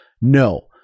no